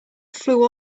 flew